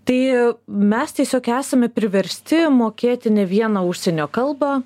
tai mes tiesiog esame priversti mokėti ne vieną užsienio kalbą